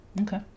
Okay